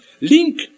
Link